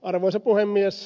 arvoisa puhemies